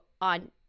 on